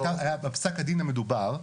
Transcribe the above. בפסק הדין המדובר,